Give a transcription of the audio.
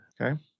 Okay